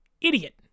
idiot